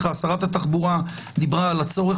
התחבורה דיברה על הצורך